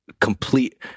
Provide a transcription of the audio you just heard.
complete